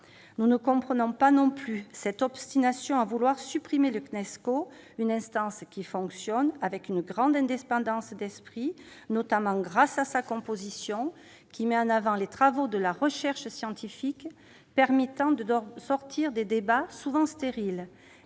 Nous ne comprenons pas non plus votre obstination à supprimer le Cnesco. Cette instance fonctionne, avec une grande indépendance d'esprit, notamment grâce à sa composition. Elle met en avant les travaux de la recherche scientifique et permet ainsi de sortir de débats souvent stériles.